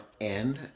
end